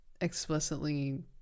explicitly